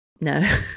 no